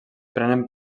prenen